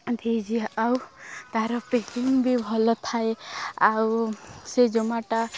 ଦେଇଯାଏ ଆଉ ତା'ର ପେକିଙ୍ଗ ବି ଭଲ ଥାଏ ଆଉ ସେ ଜୋମାଟୋ